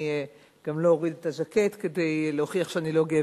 אני גם לא אוריד את הז'קט כדי להוכיח שאני לא גבר,